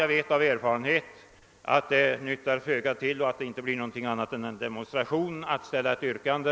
Jag vet av erfarenhet att det nyttar föga att gentemot ett enhälligt utskottsutlåtande yrka bifall till en motion — det blir inte något annat än en demonstration. Därför har jag nu inget yrkande.